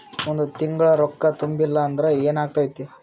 ಒಂದ ತಿಂಗಳ ರೊಕ್ಕ ತುಂಬಿಲ್ಲ ಅಂದ್ರ ಎನಾಗತೈತ್ರಿ?